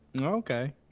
Okay